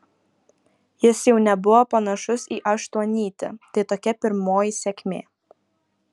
jis jau nebuvo panašus į aštuonnytį tai tokia pirmoji sėkmė